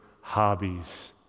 hobbies